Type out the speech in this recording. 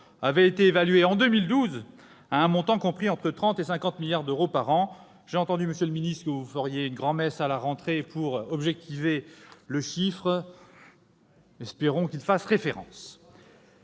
par le Sénat en 2012 à un montant compris entre 30 milliards et 50 milliards d'euros par an. J'ai entendu, monsieur le ministre, que vous organiseriez une grand-messe à la rentrée pour objectiver le chiffre : espérons qu'il fasse référence